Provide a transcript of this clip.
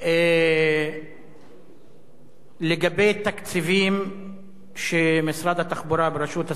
לגבי תקציבים שמשרד התחבורה בראשות השר כץ,